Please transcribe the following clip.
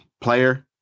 player